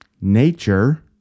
nature